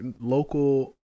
local